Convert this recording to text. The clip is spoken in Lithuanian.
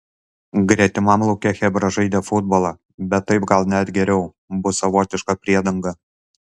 gretimam lauke chebra žaidė futbolą bet taip gal net geriau bus savotiška priedanga